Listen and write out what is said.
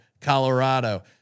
Colorado